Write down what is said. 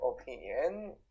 opinion